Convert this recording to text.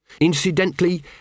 Incidentally